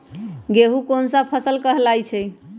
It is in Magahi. गेहूँ कोन सा फसल कहलाई छई?